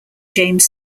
james